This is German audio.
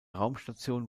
raumstation